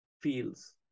feels